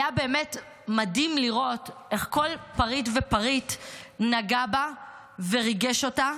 היה באמת מדהים לראות איך כל פריט ופריט נגע בה וריגש אותה.